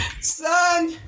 son